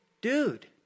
Dude